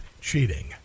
cheating